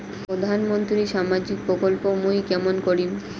প্রধান মন্ত্রীর সামাজিক প্রকল্প মুই কেমন করিম?